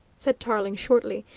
said tarling shortly.